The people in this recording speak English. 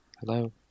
hello